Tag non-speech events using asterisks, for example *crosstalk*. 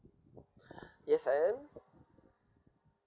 *breath* yes I am